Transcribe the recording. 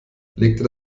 legte